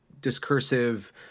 discursive